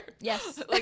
Yes